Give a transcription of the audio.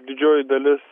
didžioji dalis